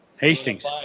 Hastings